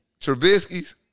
Trubisky's